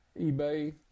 eBay